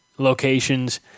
locations